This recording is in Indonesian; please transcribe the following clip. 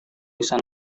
bisa